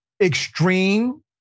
extreme